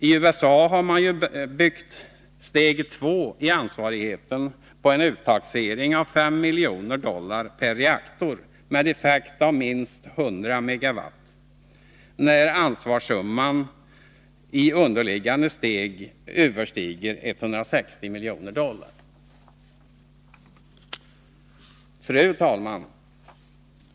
I USA har man ju byggt steg 2 i ansvarigheten på en uttaxering av 5 miljoner dollar per reaktor med en effekt om minst 100 MW, när ansvarssumman i underliggande steg överstiger 160 miljoner dollar. Fru talman!